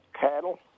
cattle